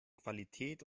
qualität